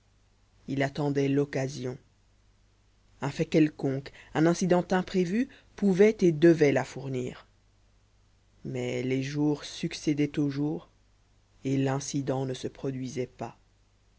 il attendait l'occasion un fait quelconque un incident imprévu pouvait et devait la fournir mais les jours succédaient aux jours et l'incident ne se produisait pas